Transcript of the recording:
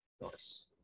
nice